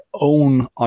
own